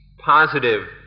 positive